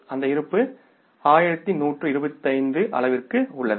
அந்த இருப்பு 1125 அளவிற்கு உள்ளது